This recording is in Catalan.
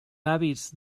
hàbits